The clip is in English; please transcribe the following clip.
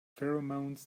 pheromones